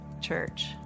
church